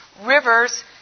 rivers